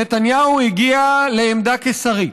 נתניהו הגיע לעמדה קיסרית.